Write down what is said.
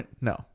No